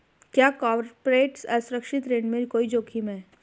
क्या कॉर्पोरेट असुरक्षित ऋण में कोई जोखिम है?